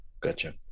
Gotcha